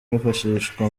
wifashishwa